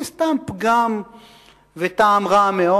היא סתם פגם וטעם רע מאוד.